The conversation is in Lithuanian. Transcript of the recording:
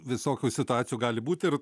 visokių situacijų gali būti ir